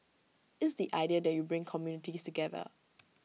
it's the idea that you bring communities together